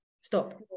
stop